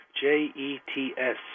J-E-T-S